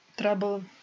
trouble